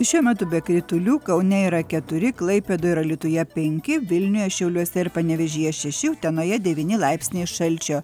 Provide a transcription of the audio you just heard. šiuo metu be kritulių kaune yra keturi klaipėdoj ir alytuje penki vilniuje šiauliuose ir panevėžyje šeši utenoje devyni laipsniai šalčio